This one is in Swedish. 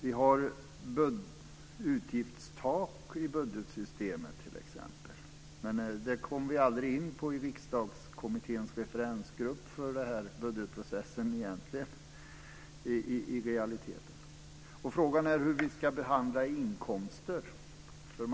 Vi har t.ex. utgiftstak i budgetsystemen, men det kom vi i Riksdagskommitténs referensgrupp för budgetprocessen i realiteten aldrig in på. Frågan är vidare hur vi ska behandla inkomster.